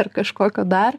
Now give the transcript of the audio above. ar kažkokio dar